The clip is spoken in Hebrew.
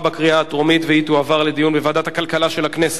התשע"ב 2012, לדיון מוקדם בוועדת הכלכלה נתקבלה.